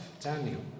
Daniel